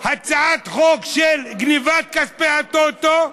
הצעת חוק של גנבת כספי הטוטו,